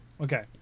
Okay